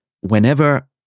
whenever